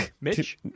Mitch